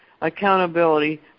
accountability